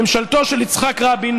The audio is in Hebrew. ממשלתו של יצחק רבין,